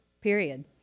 period